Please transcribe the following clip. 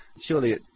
Surely